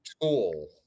tool